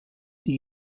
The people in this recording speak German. die